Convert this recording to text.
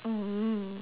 mm